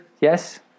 yes